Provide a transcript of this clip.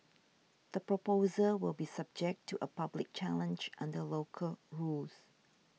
the proposal will be subject to a public challenge under local rules